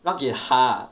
让给她 ah